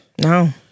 No